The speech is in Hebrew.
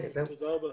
תודה רה.